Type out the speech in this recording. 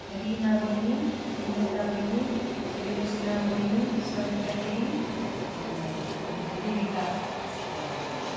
रिमा बैनी निता बैनी योजना बैनी सरिता दिदी देविका